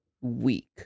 week